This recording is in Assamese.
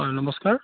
হয় নমস্কাৰ